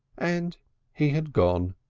and he had gone.